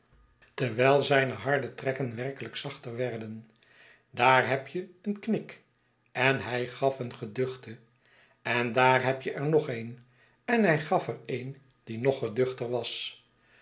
terwijl zijne harde trekken werkel'yk zachter werden daar heb je een knik en hij gaf een geduchten en daar heb je er nog een en hij gaf er een die nog geduchter was